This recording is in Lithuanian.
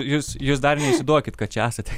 jūs jūs dar neišsiduokit kad čia esat